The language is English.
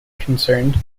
concerned